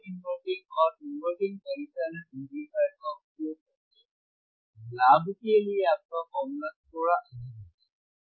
तो इस गैर inverting और inverting परिचालन एम्पलीफायर का उपयोग करके लाभ के लिए आपका फॉर्मूला थोड़ा अलग होगा